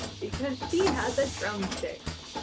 because she had the drumsticks!